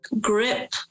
grip